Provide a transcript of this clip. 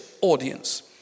audience